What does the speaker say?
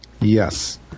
Yes